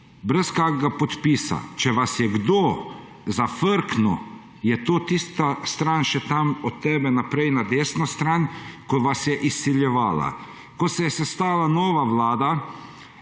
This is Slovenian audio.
brez kakšnega podpisa. Če vas je kdo zafrknil, je to tista stran tam od tebe še naprej na desno stran, ki vas je izsiljevala. Ko se je sestala nova vlada,